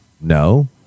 No